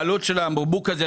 העלות של הבקבוק הזה,